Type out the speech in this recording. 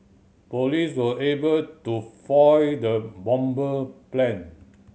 police were able to foil the bomber plan